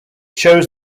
shows